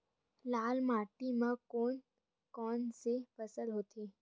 लाल माटी म कोन कौन से फसल होथे?